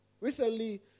Recently